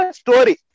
story